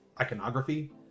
iconography